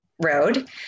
Road